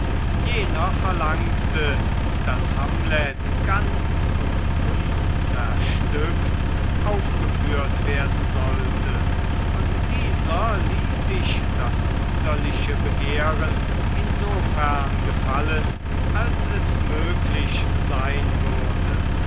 jener verlangte daß hamlet ganz und unzerstückt aufgeführt werden sollte und dieser ließ sich das wunderliche begehren insofern gefallen als es möglich sein würde